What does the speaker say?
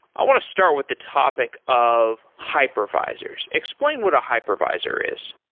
i want to start with the topic of hypervisors. explain what a hypervisor is.